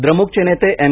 द्रमुकचे नेते एम